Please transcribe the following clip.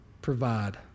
Provide